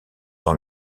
dans